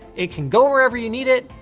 it can go wherever you need it,